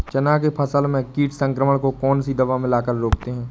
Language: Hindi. चना के फसल में कीट संक्रमण को कौन सी दवा मिला कर रोकते हैं?